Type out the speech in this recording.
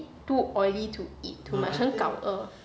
too oily to eat too much 很 gao er